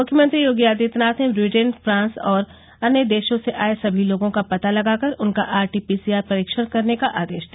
मुख्यमंत्री योगी आदित्यनाथ ने Britain France और अन्य देशों से आए सभी लोगों का पता लगाकर उनका आरटीपीसीआर परीक्षण करने का आदेश दिया